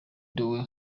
doe